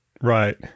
Right